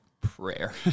prayer